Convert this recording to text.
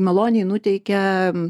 maloniai nuteikia